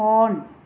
on